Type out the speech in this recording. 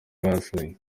basuye